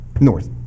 north